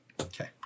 Okay